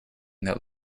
that